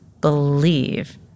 believe